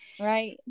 Right